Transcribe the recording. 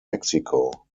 mexico